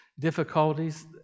difficulties